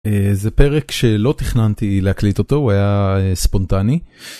זה פרק שלא תכננתי להקליט אותו, הוא היה ספונטני.